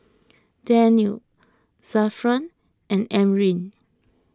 Daniel Zafran and Amrin